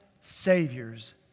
saviors